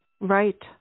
right